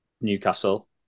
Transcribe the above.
Newcastle